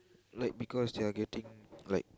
like because you're getting like